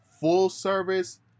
full-service